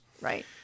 Right